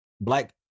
black